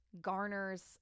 garners